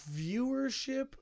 viewership